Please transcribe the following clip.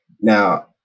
Now